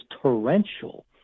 torrential